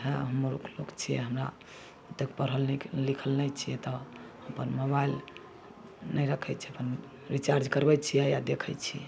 वएह हमर मुख्य छियै हमरा ओते पढ़ल लिखल नहि छियै तऽ अपन मोबाइल नहि रखै छियै अपन रिचार्ज करबै छियै आ देखै छियै